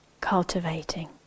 cultivating